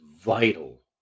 vital